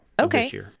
Okay